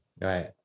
Right